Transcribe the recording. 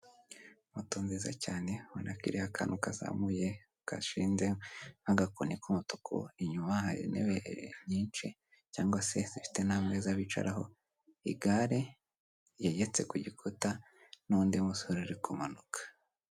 Moto nziza cyane ubona ko iriho akantu kazamuye gashinze nk'agakoni k'umutuku, inyuma hari intebe nyinshi cyangwa se zifite n'ameza bicaraho, igare ryegetse ku gikuta, n'undi musore ari kumanuka.